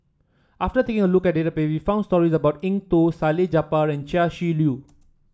after taking a look at the baby found story about Eng Tow Salleh Japar and Chia Shi Lu